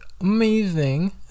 amazing